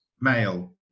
male